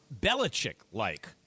Belichick-like